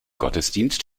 gottesdienst